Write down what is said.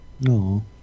No